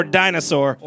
dinosaur